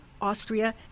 Austria